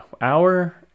hour